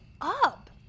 up